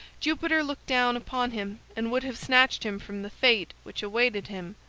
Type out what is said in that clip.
jupiter looked down upon him and would have snatched him from the fate which awaited him,